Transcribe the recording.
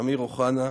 אמיר אוחנה,